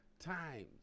Times